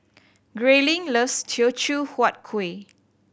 Grayling loves Teochew Huat Kuih